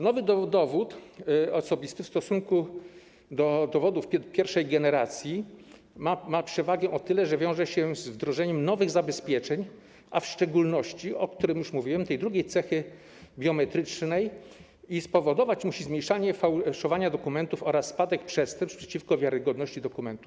Nowy dowód osobisty w stosunku do dowodów pierwszej generacji ma przewagę o tyle, o ile wiąże się z wdrożeniem nowych zabezpieczeń, a w szczególności, o czym już mówiłem, drugiej cechy biometrycznej, co musi spowodować zmniejszenie fałszowania dokumentów oraz spadek przestępstw przeciwko wiarygodności dokumentów.